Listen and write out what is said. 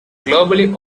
globally